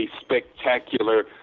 spectacular